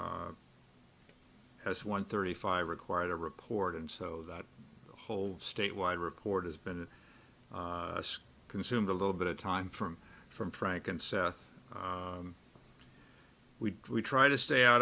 as one thirty five required to report and so that whole state wide report has been consumed a little bit of time from from frank and seth we try to stay out